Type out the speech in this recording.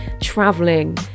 traveling